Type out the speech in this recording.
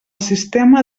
sistema